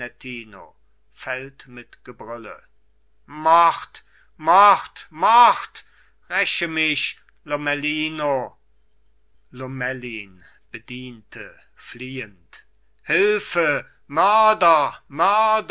gianettino fällt mit gebrülle mord mord mord räche mich lomellino lomellin bediente fliehend hülfe